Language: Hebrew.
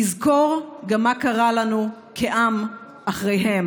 תזכור גם מה קרה לנו כעם אחריהם.